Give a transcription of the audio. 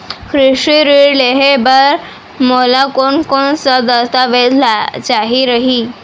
कृषि ऋण लेहे बर मोला कोन कोन स दस्तावेज चाही रही?